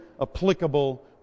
applicable